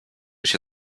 się